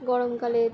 গরমকালে